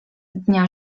dnia